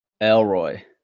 Elroy